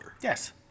Yes